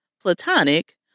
Platonic